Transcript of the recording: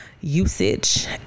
usage